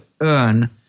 earn